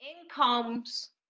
Incomes